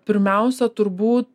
pirmiausia turbūt